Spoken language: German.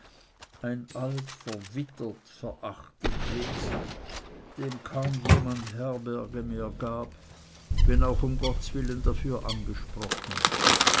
ein alt verwittert verachtet wesen dem kaum jemand herberge mehr gab wenn auch um gotteswillen dafür angesprochen